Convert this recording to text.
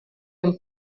amb